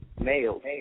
males